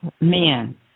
men